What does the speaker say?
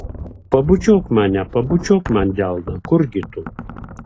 pabučiuok mane pabučiuok man delną kurgi tu